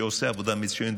שעושה עבודה מצוינת,